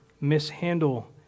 mishandle